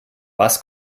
was